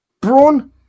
Braun